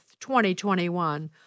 2021